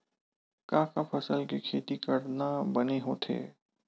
का का फसल के खेती करना बने होथे?